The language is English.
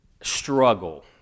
struggle